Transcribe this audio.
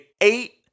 eight